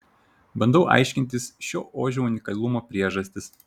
bandau aiškintis šio ožio unikalumo priežastis